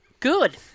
Good